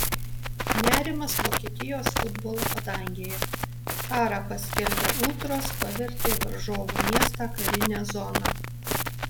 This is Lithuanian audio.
nerimas vokietijos futbolo padangėje karą paskelbę ultros pavertė varžovų miestą karine zona